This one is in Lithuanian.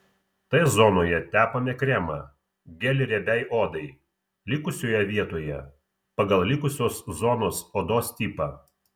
t zonoje tepame kremą gelį riebiai odai likusioje vietoje pagal likusios zonos odos tipą